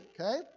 okay